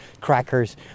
crackers